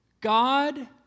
God